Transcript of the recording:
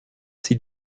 sie